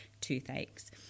toothaches